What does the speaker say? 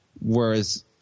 whereas